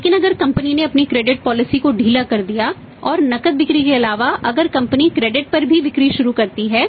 लेकिन अगर कंपनी कीमत चुकाएगी